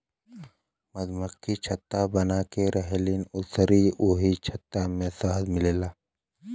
मधुमक्खि छत्ता बनाके रहेलीन अउरी ओही छत्ता से शहद मिलेला